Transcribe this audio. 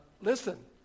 Listen